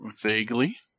vaguely